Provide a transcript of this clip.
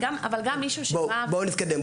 בואו נתקדם.